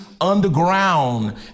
underground